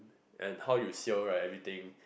and how you sail right everything